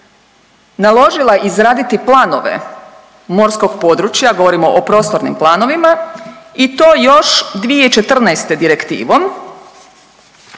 naložila izraditi planove morskog područja, govorimo o prostornim planovima i to još 2014. direktivom